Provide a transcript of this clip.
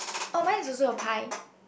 oh mine is also a pie